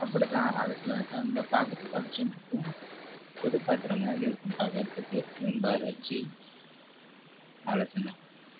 அப்படி தான் அலசுவேன் பார்க்குறதுக்கு பளிச்சுன்னு இருக்கும் புது பாத்திரம் மாதிரி இருக்கும் பார்க்குறதுக்கு விம் பாரை வச்சு அலசணும்